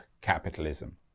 capitalism